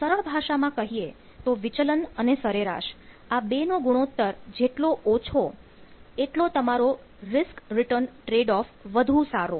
સરળ ભાષામાં કહીએ તો વિચલન અને સરેરાશ આ બે નો ગુણોત્તર જેટલો ઓછો એટલો તમારો રિસ્ક રિટર્ન ટ્રેડ ઑફ઼ વધુ સારો